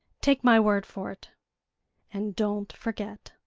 take my word for it and don't forget.